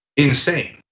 insane.